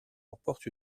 remporte